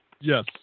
Yes